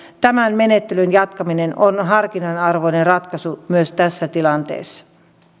tämän menettelyn jatkaminen on harkinnan arvoinen ratkaisu myös tässä tilanteessa